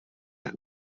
jak